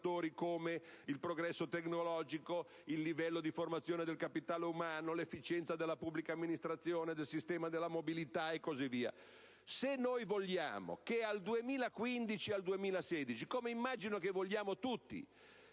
come il progresso tecnologico, il livello di formazione del capitale umano, l'efficienza della pubblica amministrazione, del sistema della mobilità, e così via. Se vogliamo che negli anni 2015-2016 - come immagino vogliamo tutti